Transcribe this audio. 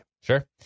Sure